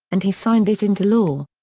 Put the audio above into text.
and he signed it into law.